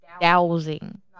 dowsing